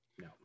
No